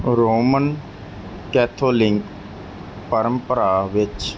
Roman Catholic ਪਰੰਪਰਾ ਵਿੱਚ